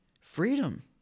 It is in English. freedom